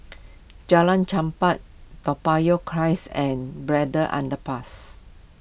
Jalan Chempah Toa Payoh Crest and Braddell Underpass